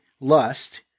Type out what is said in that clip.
Lust